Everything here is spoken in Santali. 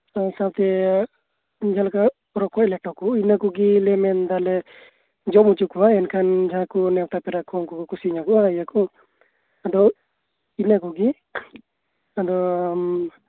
ᱚᱱᱟ ᱥᱟᱶᱛᱮ ᱡᱟᱦᱟᱸ ᱞᱮᱠᱟ ᱨᱚᱠᱚᱡ ᱞᱮᱴᱚ ᱠᱚ ᱤᱱᱟᱹ ᱠᱚᱜᱮᱞᱮ ᱢᱮᱱᱫᱟᱞᱮ ᱡᱚᱢ ᱚᱪᱚᱠᱩᱭᱟ ᱮᱱᱠᱷᱟᱱ ᱡᱟᱦᱟᱸᱭ ᱠᱚ ᱱᱮᱣᱛᱟ ᱯᱮᱲᱟ ᱠᱚ ᱩᱱᱠᱩ ᱠᱚ ᱠᱩᱥᱤᱧᱚᱜᱚᱜᱼᱟ ᱤᱭᱟᱹ ᱠᱚ ᱟᱫᱚ ᱤᱱᱟᱹ ᱠᱚᱜᱮ ᱟᱫᱚ ᱟᱢ